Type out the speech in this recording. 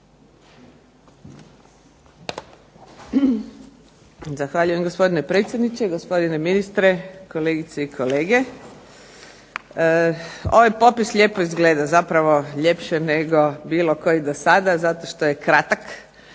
Zahvaljujem gospodine predsjedniče, gospodine ministre, kolegice i kolege. Ovaj popis lijepo izgleda, zapravo ljepše nego bilo koji do sada zato što je kratak